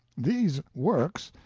these works,